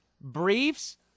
Briefs